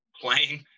playing